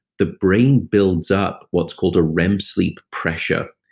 the brain builds up what's called a rem sleep pressure.